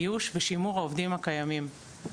איוש ושימור העובדים הקיימים.